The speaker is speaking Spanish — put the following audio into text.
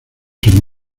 sin